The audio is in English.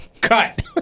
Cut